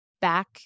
back